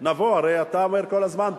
הרי אתה אומר כל הזמן,